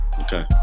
Okay